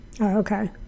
okay